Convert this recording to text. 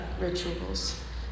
rituals